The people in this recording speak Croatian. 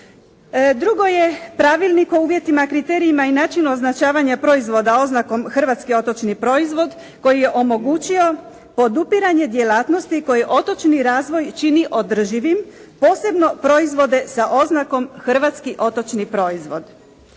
Drugo je Pravilnik o uvjetima, kriterijima i načinu označavanja proizvoda oznakom Hrvatski otočni proizvod koji je omogućio podupiranje djelatnosti koji otočni razvoj čini održivim, posebno proizvode sa oznakom Hrvatski otočni proizvod.